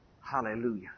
Hallelujah